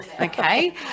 okay